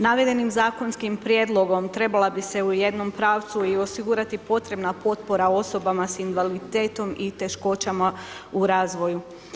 Navedenim zakonom prijedlogom trebala bi ste u jednom pravcu i osigurati potrebna potpora osobama sa invaliditetom i teškoćama u razvoju.